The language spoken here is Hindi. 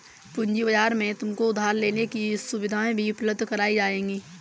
पूँजी बाजार में तुमको उधार लेने की सुविधाएं भी उपलब्ध कराई जाएंगी